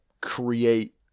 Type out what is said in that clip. create